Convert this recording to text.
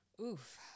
Oof